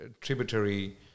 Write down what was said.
tributary